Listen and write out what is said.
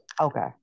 Okay